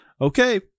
okay